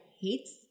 hates